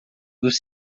dos